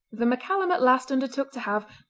the maccallum at last undertook to have,